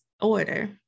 order